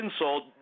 insult